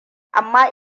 amma